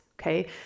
Okay